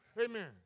Amen